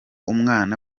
umwana